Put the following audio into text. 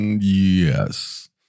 yes